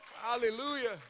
Hallelujah